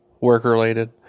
work-related